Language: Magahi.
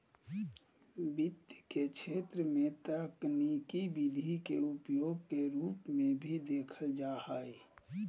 वित्त के क्षेत्र में तकनीकी विधि के उपयोग के रूप में भी देखल जा हइ